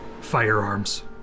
firearms